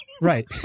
Right